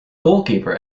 goalkeeper